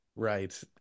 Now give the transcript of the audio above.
right